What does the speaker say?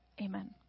Amen